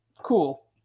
Cool